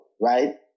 right